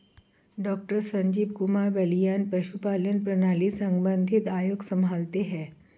doctor Sanjeev Kumar Balyan पशुपालन प्रणाली संबंधित आयोग संभालते हैं